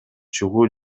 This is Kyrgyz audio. чыгуу